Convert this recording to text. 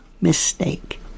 mistake